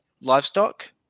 livestock